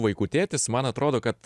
vaikų tėtis man atrodo kad